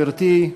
גברתי,